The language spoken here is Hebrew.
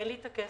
אין לי את הכסף,